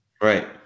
right